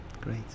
Great